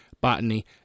botany